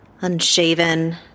Unshaven